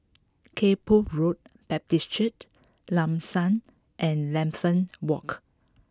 Kay Poh Road Baptist Church Lam San and Lambeth Walk